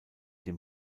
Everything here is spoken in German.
dem